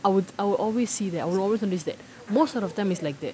I would I will always see that I'll always wonder is that most of the time is like that